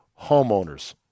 homeowners